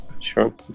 Sure